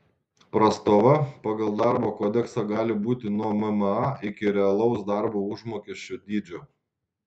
prastova pagal darbo kodeksą gali būti nuo mma iki realaus darbo užmokesčio dydžio